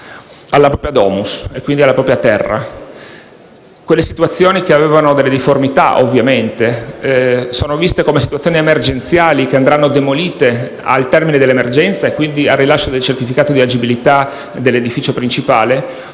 alla propria *domus*, quindi alla propria terra. Le situazioni che presentavano delle difformità sono viste ovviamente come emergenziali e andranno demolite al temine dell'emergenza, quindi al rilascio del certificato di agibilità dell'edificio principale;